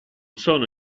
sono